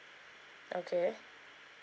okay